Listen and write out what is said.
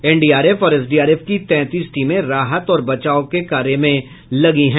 NDRF और SDRF की तैंतीस टीमें राहत और बचाव कार्य में लगी हैं